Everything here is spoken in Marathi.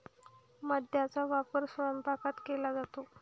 मैद्याचा वापर स्वयंपाकात केला जातो